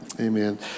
amen